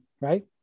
right